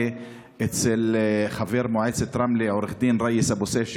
אצל חבר מועצת רמלה עו"ד ראיס אבו סייף,